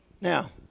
Now